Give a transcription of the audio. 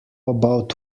about